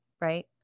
right